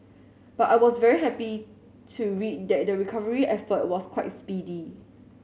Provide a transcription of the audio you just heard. but I was very happy to read that the recovery effort was quite speedy